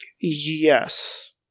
Yes